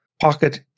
Pocket